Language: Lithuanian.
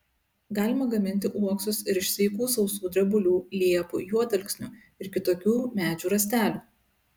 galima gaminti uoksus ir iš sveikų sausų drebulių liepų juodalksnių ir kitokių medžių rąstelių